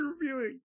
reviewing